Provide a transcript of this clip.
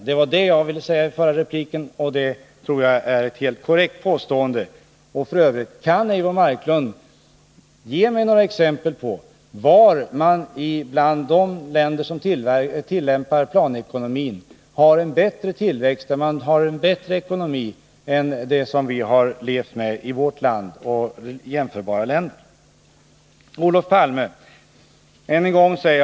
Det var det jag ville säga i min förra replik, och det tror jag är ett helt korrekt påstående. Kan f. ö. Eivor Marklund ge mig några exempel på något land med en planekonomi som har en bättre tillväxt och en bättre ekonomi än vad vi levt med i vårt land och jämförbara länder? Så till Olof Palme och pensionerna.